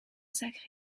sacrée